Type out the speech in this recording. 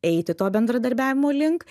eiti to bendradarbiavimo link